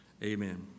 Amen